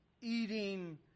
eating